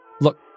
Look